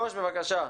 שוש, בבקשה.